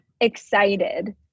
excited